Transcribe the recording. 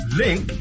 link